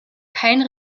kein